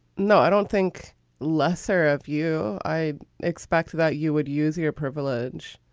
no, i don't think less serve you. i expect that you would use your privilege.